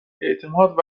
اعتماد